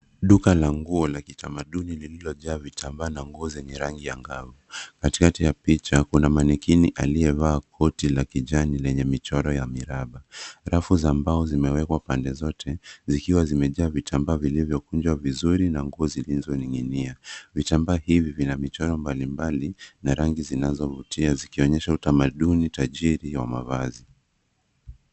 Duka la nguo la kitamaduni lililojaa vitambaa na nguo zenye rangi ya angavu. Katikati ya picha, kuna manikini aliyevaa koti la kijani lenye michoro ya miraba. Rafu za mbao zimewekwa pande zote zikiwa zimejaa vitambaa vilivyokunjwa vizuri na nguo zilizoning'inia. Vitambaa hivi vina michoro mbalimbali na rangi zinazovutia zikionyesha utamaduni tajiri wa mavazi.